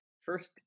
First